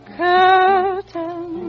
curtain